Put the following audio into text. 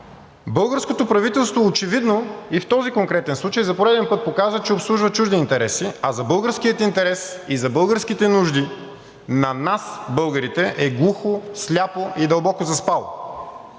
Българското правителство очевидно и в този конкретен случай за пореден път показа, че обслужва чужди интереси, а за българския интерес и за българските нужди на нас, българите, е глухо, сляпо и дълбоко заспало.